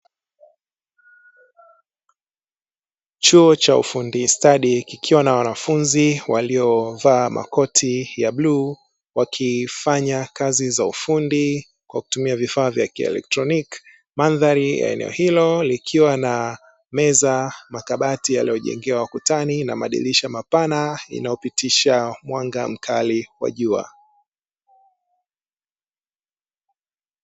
Chuo cha ufundi stadi kikiwa na wanafunzi waliovaa makoti ya bluu, wakifanya kazi za ufundi kwa kutumia vifaa vya kielektroniki mandhari ya eneo hilo likiwa na meza makabati yaliyojengewakutani na madirisha mapana inayopitisha mwanga mkali kwa jua.